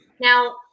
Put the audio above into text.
Now